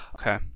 Okay